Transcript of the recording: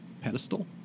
pedestal